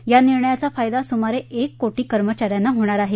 या निर्णयाचा फायदा सुमारे एक कोटी कर्मचा यांना होणार आहे